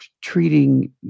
treating